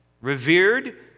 revered